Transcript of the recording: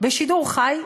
בשידור חי,